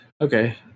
okay